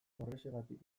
horrexegatik